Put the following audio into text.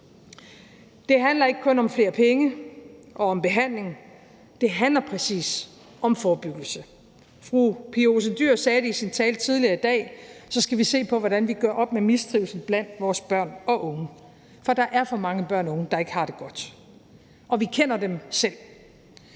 Det handler ikke kun om flere penge og om behandling – det handler præcis om forebyggelse. Som fru Pia Olsen Dyhr sagde i sin tale tidligere i dag, skal vi se på, hvordan vi gør op med mistrivsel blandt vores børn og unge. For der er for mange børn og unge, der ikke har det godt, og vi kender dem selv.